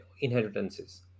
inheritances